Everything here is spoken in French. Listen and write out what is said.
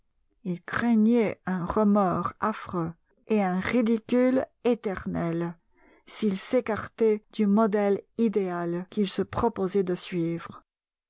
il craignait un remords affreux et un ridicule éternel s'il s'écartait du modèle idéal qu'il se proposait de suivre